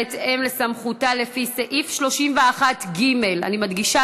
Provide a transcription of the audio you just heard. בהתאם לסמכותה לפי סעיף 31(ג) אני מדגישה